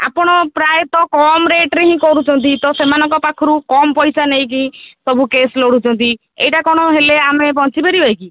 ଆପଣ ପ୍ରାୟତଃ କମ ରେଟ୍ରେ ହିଁ କରୁଛନ୍ତି ତ ସେମାନଙ୍କ ପାଖରୁ କମ ପଇସା ନେଇକି ସବୁ କେସ୍ ଲଢ଼ୁଛନ୍ତି ଏଇଟା କ'ଣ ହେଲେ ଆମେ ବଞ୍ଚିପାରିବା କି